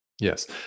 Yes